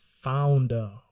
founder